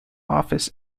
office